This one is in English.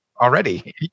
already